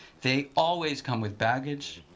they always come with baggage.